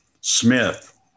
Smith